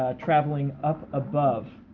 ah traveling up above.